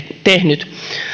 tehnyt